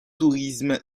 tourisme